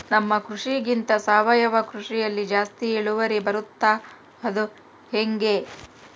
ನಮ್ಮ ಕೃಷಿಗಿಂತ ಸಾವಯವ ಕೃಷಿಯಲ್ಲಿ ಜಾಸ್ತಿ ಇಳುವರಿ ಬರುತ್ತಾ ಅದು ಹೆಂಗೆ?